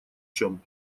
чем